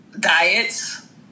Diets